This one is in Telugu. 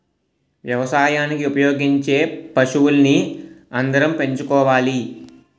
వ్యవసాయానికి ఉపయోగించే పశువుల్ని అందరం పెంచుకోవాలి